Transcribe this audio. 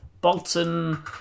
Bolton